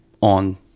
on